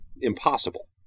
impossible